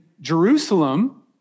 Jerusalem